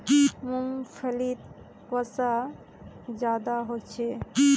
मूंग्फलीत वसा ज्यादा होचे